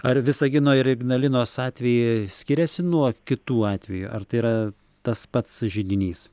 ar visagino ir ignalinos atvejai skiriasi nuo kitų atvejų ar tai yra tas pats židinys